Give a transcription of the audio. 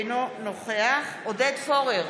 אינו נוכח עודד פורר,